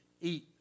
eat